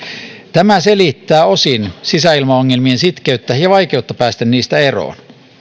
tämä selittää osin sisäilmaongelmien sitkeyttä ja vaikeutta päästä niistä eroon